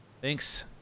Thanks